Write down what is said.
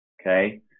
Okay